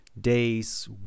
days